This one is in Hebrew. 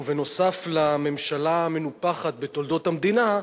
ובנוסף על "הממשלה המנופחת בתולדות המדינה",